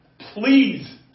Please